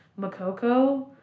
Makoko